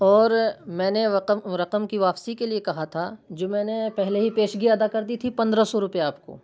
اور میں نے رقم کی واپسی کے لیے کہا تھا جو میں نے پہلے ہی پیشگی ادا کر دی تھی پندرہ سو روپیہ آپ کو